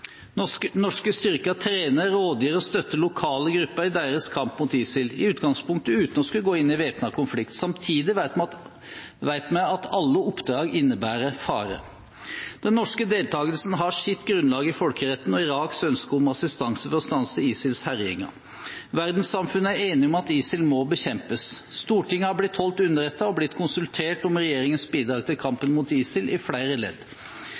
Norske styrker trener, rådgir og støtter lokale grupper i deres kamp mot ISIL, i utgangspunktet uten å skulle gå inn i væpnete konflikter. Samtidig vet vi at alle oppdrag innebærer fare. Den norske deltakelsen har sitt grunnlag i folkeretten og Iraks ønske om assistanse for å stanse ISILs herjinger. Verdenssamfunnet er enige om at ISIL må bekjempes. Stortinget har blitt holdt underrettet og blitt konsultert om regjeringens bidrag til kampen mot ISIL i flere ledd.